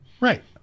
Right